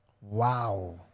Wow